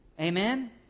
Amen